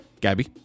Gabby